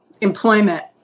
employment